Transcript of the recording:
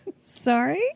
Sorry